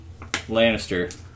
Lannister